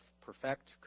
perfect